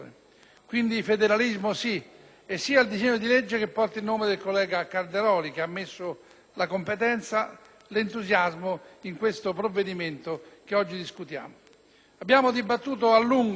e al disegno di legge che porta il nome del collega Calderoli, che ha messo competenza e entusiasmo nel provvedimento che oggi discutiamo. Abbiamo dibattuto a lungo in questi anni di sussidiarietà,